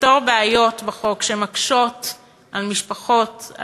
לפתור בעיות בחוק שמקשות על משפחות,